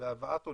בהבאת אניות,